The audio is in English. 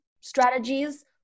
strategies